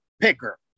picker